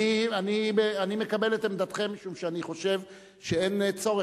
אני מקבל את עמדתכם, משום שאני חושב שאין צורך.